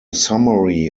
summary